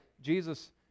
Jesus